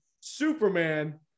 Superman